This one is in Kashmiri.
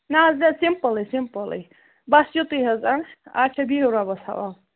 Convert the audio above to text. مےٚ حظ گَژھِ سِمپُلے سِمپُلے بَس یوٗتٕے حظ اَچھا بِہِو رۅبس حَوال